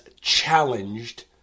challenged